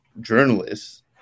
journalists